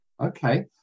okay